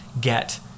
get